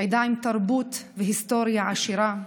עדה עם תרבות והיסטוריה עשירה.